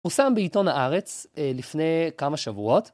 הוא שם בעיתון הארץ לפני כמה שבועות.